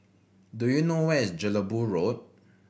do you know where is Jelebu Road